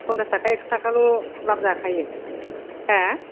फनसास थाखा एकस' थाखाल लाब जाखायो हो